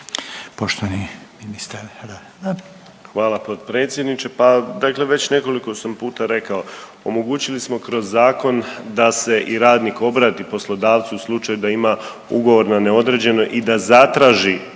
Marin (HDZ)** Hvala potpredsjedniče. Pa dakle već nekoliko sam puta rekao, omogućili smo kroz zakon da se i radnik obrati poslodavcu u slučaju da ima ugovor na neodređeno i da zatraži